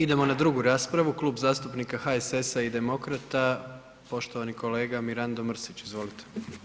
Idemo na 2. raspravu, Klub zastupnika HSS-a i Demokrata, poštovani kolega Mirando Mrsić, izvolite.